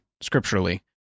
scripturally